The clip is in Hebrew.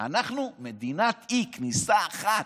שאנחנו מדינת אי, עם כניסה אחת.